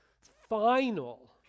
final